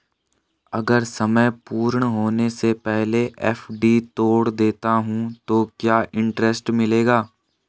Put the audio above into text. अगर समय पूर्ण होने से पहले एफ.डी तोड़ देता हूँ तो क्या इंट्रेस्ट मिलेगा?